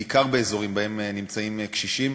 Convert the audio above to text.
בעיקר באזורים שבהם נמצאים קשישים,